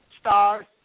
stars